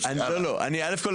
אז תודה לכל מי